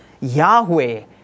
Yahweh